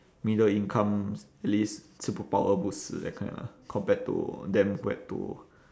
middle income at least 吃不饱饿不死 that kind of compared to them who had to